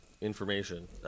information